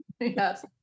Yes